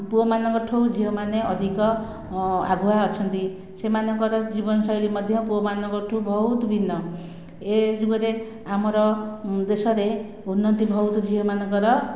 ପୁଅମାନଙ୍କ ଠାରୁ ଝିଅମାନେ ଅଧିକ ଆଗୁଆ ଅଛନ୍ତି ସେମାଙ୍କର ଜୀବନଶୈଳୀ ମଧ୍ୟ ପୁଅମାନଙ୍କ ଠାରୁ ବହୁତ ଭିନ୍ନ ଏଯୁଗରେ ଆମର ଦେଶରେ ଉନ୍ନତି ବହୁତ ଝିଅମାନଙ୍କର